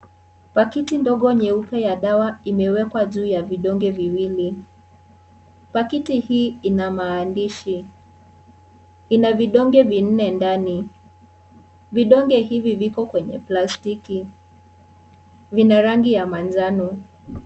Pakiti ndogo nyeupe ya dawa imewekwa juu ya vidonge viwili, pakiti hii ina maandishi, ina vidonge vinne ndani, vidonge hivi viko kwenye plastiki vina rangi ya manjano.